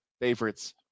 favorites